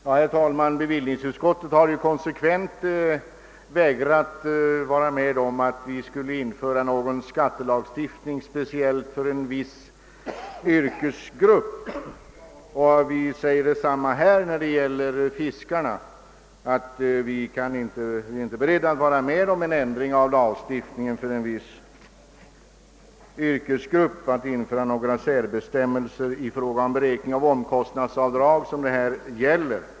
Herr talman! Bevillningsutskottet har alltid konsekvent vägrat att vara med om att införa någon särskild skattelagstiftning speciellt för en viss yrkesgrupp, och vi intar naturligtvis samma inställning även när det gäller fiskare. Vi är inte beredda att medverka till en ändring av lagstiftningen för en viss yrkesgrupp genom att införa några särbestämmelser i fråga om beräkningen av omkostnadsbidrag, som det här gäller.